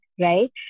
right